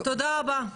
תודה רבה.